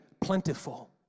plentiful